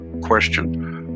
question